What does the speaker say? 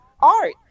art